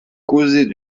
causer